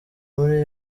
muri